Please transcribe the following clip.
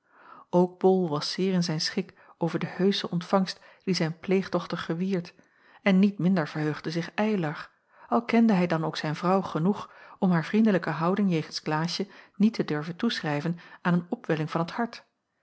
bol was zeer in zijn schik over de heusche ontvangst die zijn pleegdochter gewierd en niet minder verheugde zich eylar al kende hij dan ook zijn vrouw genoeg om haar vriendelijke houding jegens klaasje niet te durven toeschrijven aan een opwelling van het hart